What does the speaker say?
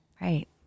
Right